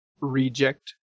reject